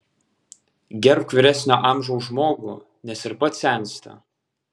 gerbk vyresnio amžiaus žmogų nes ir pats sensti